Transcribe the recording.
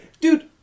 Dude